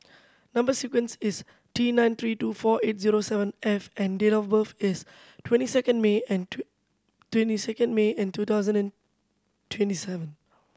number sequence is T nine three two four eight zero seven F and date of birth is twenty second May and two twenty second May and two thousand and twenty seven